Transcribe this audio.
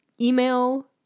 email